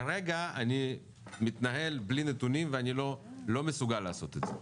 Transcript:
כרגע אני מתנהל בלי נתונים ואני לא מסוגל לעשות את זה.